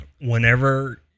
Whenever